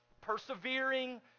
persevering